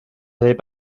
n’avez